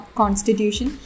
constitution